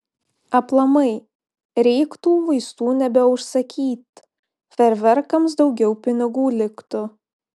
aplamai reiktų vaistų nebeužsakyt fejerverkams daugiau pinigų liktų